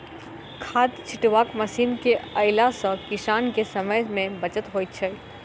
खाद छिटबाक मशीन के अयला सॅ किसान के समय मे बचत होइत छै